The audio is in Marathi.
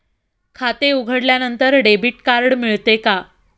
खाते उघडल्यानंतर डेबिट कार्ड मिळते का?